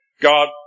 god